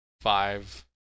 five